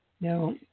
Now